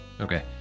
Okay